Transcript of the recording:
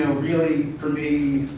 really, for me,